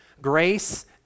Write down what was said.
Grace